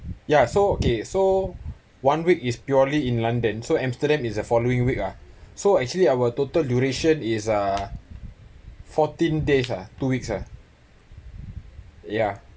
ya so okay so one week is purely in london so amsterdam is the following week ah so actually our total duration is uh fourteen days ah two weeks ah ya